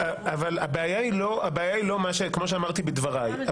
כמו שאמרתי בדבריי,